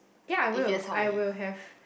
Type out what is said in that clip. ya I will I will have